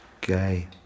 gay